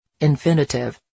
Infinitive